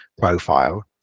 profile